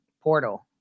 portal